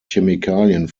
chemikalien